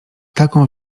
taką